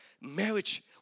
marriage